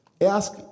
Ask